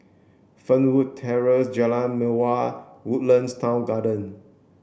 Fernwood Terrace Jalan Mawar Woodlands Town Garden